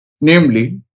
namely